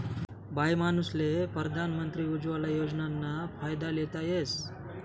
बाईमानूसले परधान मंत्री उज्वला योजनाना फायदा लेता येस